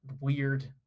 weird